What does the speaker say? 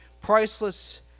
priceless